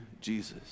Jesus